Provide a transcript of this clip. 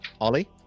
Ollie